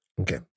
Okay